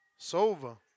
Sova